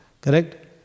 Correct